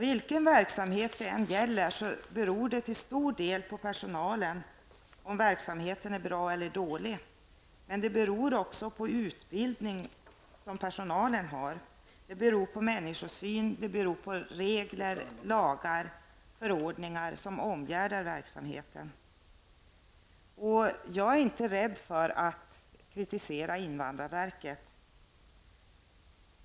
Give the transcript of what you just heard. Vilken verksamhet det än gäller beror det till stor del på personalen om verksamheten blir bra eller dålig, men även på vilken utbildning personalen har, på människosyn, regler, lagar och förordningar som omgärdar verksamheten. Jag är inte rädd för att kritisera statens invandrarverk.